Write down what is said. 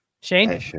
Shane